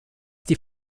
die